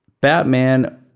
Batman